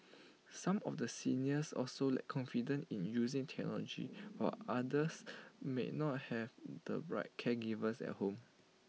some of the seniors also lack confidence in using technology while others may not have the right caregivers at home